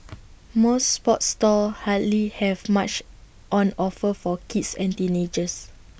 most sports stores hardly have much on offer for kids and teenagers